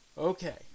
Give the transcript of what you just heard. Okay